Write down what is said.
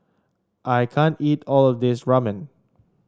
I can't eat all of this Ramen